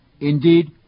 indeed